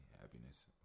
happiness